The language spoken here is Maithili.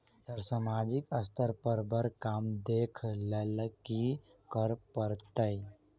सर सामाजिक स्तर पर बर काम देख लैलकी करऽ परतै?